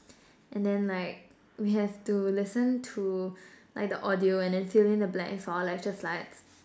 and then like we have to listen to like the audio and then fill in the blanks for our lecture slides